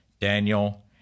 Daniel